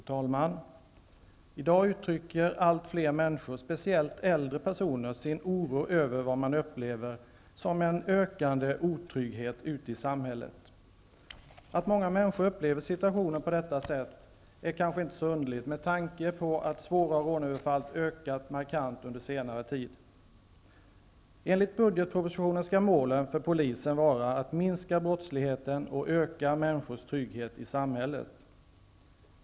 Fru talman! I dag uttrycker allt fler människor, speciellt äldre personer, sin oro över det som man upplever som en ökande otrygghet ute i samhället. Att många människor upplever situationen på detta sätt är kanske inte så underligt med tanke på att svåra rånöverfall under senare tid markant ökat. Enligt budgetpropositionen skall målen för polisen vara att minska brottsligheten och öka människors trygghet i samhället.